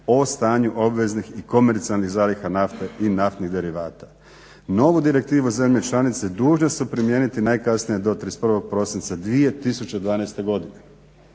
o stanju obveznih i komercijalnih zaliha nafte i naftnih derivata. Novu direktivu zemlje članice dužne su primijeniti najkasnije do 31. prosinca 2012. godine.